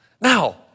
Now